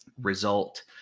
result